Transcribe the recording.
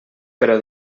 però